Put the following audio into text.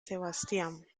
sebastián